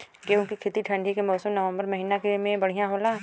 गेहूँ के खेती ठंण्डी के मौसम नवम्बर महीना में बढ़ियां होला?